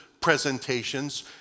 presentations